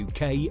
UK